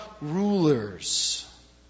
rulers